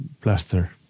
plaster